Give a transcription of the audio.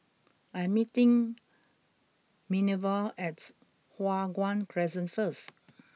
I am meeting Minerva at Hua Guan Crescent first